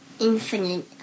infinite